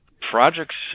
Projects